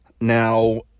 Now